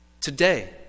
Today